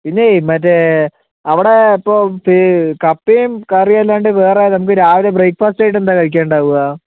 പിന്നെ മറ്റെ അവിടെ ഇപ്പോൾ കപ്പയും കറിയുമല്ലാണ്ട് വേറെ നമുക്ക് രാവിലെ ബ്രേക്ക്ഫാസ്റ്റ് ആയിട്ട് എന്താ കഴിക്കാൻ ഉണ്ടാവുക